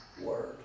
Word